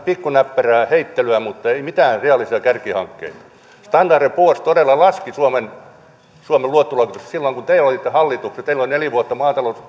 pikkunäppärää heittelyä mutta ei mitään reaalisia kärkihankkeita standard poors todella laski suomen suomen luottoluokitusta silloin kun te olitte hallituksessa teillä oli neljä vuotta